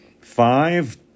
five